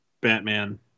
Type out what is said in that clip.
Batman